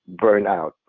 burnout